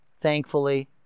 thankfully